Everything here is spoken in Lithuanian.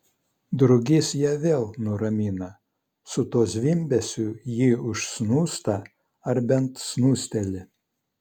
drugys ją vėl nuramina su tuo zvimbesiu ji užsnūsta ar bent snūsteli